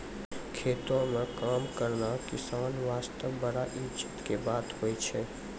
खेतों म काम करना किसान वास्तॅ बड़ा इज्जत के बात होय छै